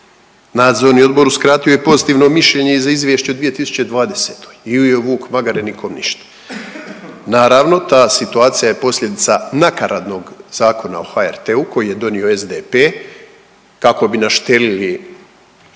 Nadzorni odbor uskratio je pozitivno mišljenje i za Izvješće u 2020. g. i ujeo vuk magare, nikom ništa. Naravno, ta situacija je posljedica nakaradnog Zakona o HRT-u koji je donio SDP kako bi naštelili